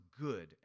good